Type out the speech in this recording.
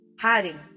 hiding